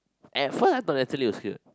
at first